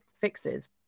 fixes